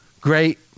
great